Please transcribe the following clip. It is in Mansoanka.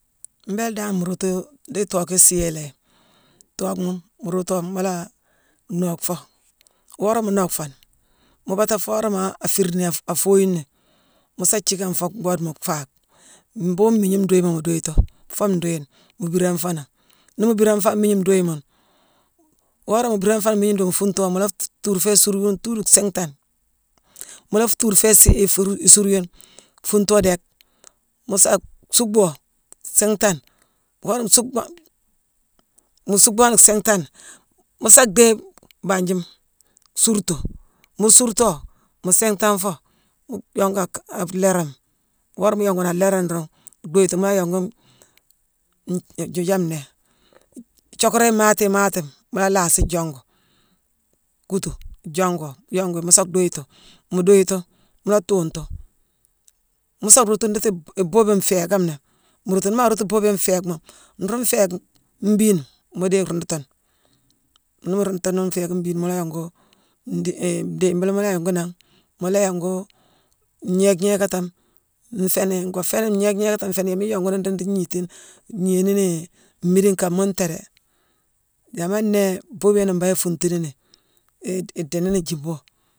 Mbéélé dan mu roogtu ndii tookh ki isii yéé léé, tookhma mu roogtoo, mu laa nocke foo. Worama mu nock fooni, mu bata foo woramaa afirni afuuyini, mu sa thiickame foo bhoode mu faakh. Mbhuughune mmiigne nduyima mu duyitu foo nduyine, mu biirangh foo nangh. Nii mu biirangh foo an mmiigne nduyi muune, worama mu birangh fooni an mmiigne duyi, mu fuungh too, mu la-fu-tuu foo isuur yune tuudu siinghtane. Mu la tuur foo-isii-fii-isuur yune fuuntoo déck, mu sa suukcboo siinghtane. Worama mu suukcboo-mu suuckboo ni siinghtane, mu sa dhéye baanthiima suurtu. Mu suurtoo, mu siinghtangh foo, mu yongu-a-ka-a-fu-léérama. Woorama mu yongu ni a léérane ruune dhuyitu, mu la yongu-n-joojame nnéé-ithiockarane imaati imaatima mu laasi yongu, kuutu yongu. Mu yongu yi mu sa dhuyitu. Mu duyitu, mu la tuungtu; mu sa roogtu ndiiti-bo-boobiyone nféékh kame nnéé nroogtu. Nii ma roogtu boobiyone nféékhma, nruu nféékhma mbiine mu déye ruundutune. Nii mu ruundutune nuune nféékh mbiine, mu la yongu-ndii-i-idiibile mu la yongu nangh, mu yongu ngnéékh gnéékatame nféé ni ngoo fééni ngnéékh gnéékatame nfééni mu yongu ni indii nruu gniitini-gnii nini mmiidine kama, muune ntéégh déé. Yamame nnéé boobiyone mbangh ifuuntuni ni idiini ni jiimbo